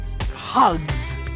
Hugs